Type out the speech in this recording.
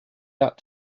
out